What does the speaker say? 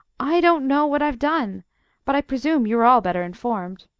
i don't know what i've done but i presume you are all better informed.